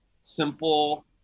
simple